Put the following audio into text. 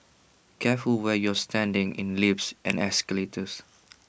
careful where you're standing in lifts and escalators